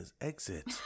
exit